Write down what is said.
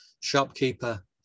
shopkeeper